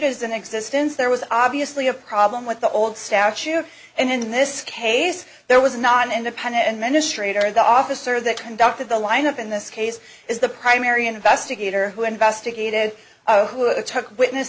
is in existence there was obviously a problem with the old statute and in this case there was not an independent and menace trader the officer that conducted the lineup in this case is the primary investigator who investigated who took witness